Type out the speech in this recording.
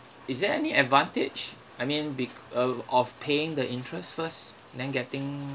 is there any advantage I mean bec~ uh of paying the interest first and then getting